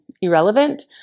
irrelevant